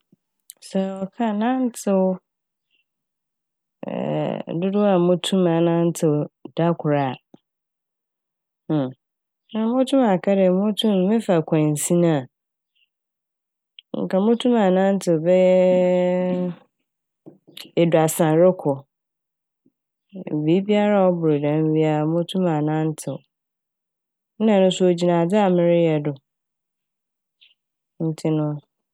Sɛ ɔka nantsew dodow a motum anantsew da kor a emi motum aka dɛ motum a mefa kwansin a nka motum anantsew bɛyɛɛ eduasa rokɔ. Biibiara a ɔbor dɛm bi a motum anantsew na ɛno so ogyina adze a mereyɛ do ntsi no.